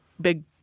big